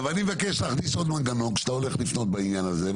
אני מבקש להכניס עוד מנגנון כשאתה הולך לפנות בעניין הזה.